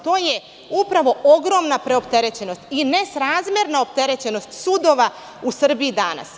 To je upravo ogromna preopterećenost i nesrazmerna opterećenost sudova u Srbiji danas.